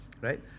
right